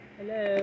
Hello